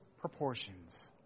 proportions